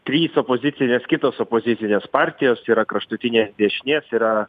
trys opozicinės kitos opozicinės partijos yra kraštutinės dešinės yra